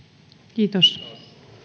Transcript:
kiitos